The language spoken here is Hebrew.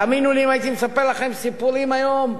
תאמינו לי, אם הייתי מספר לכם סיפורים היום,